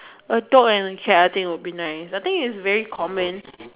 a dog and a cat I think will be nice I think is very common